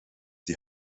die